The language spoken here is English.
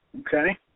Okay